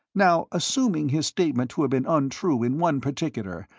now, assuming his statement to have been untrue in one particular,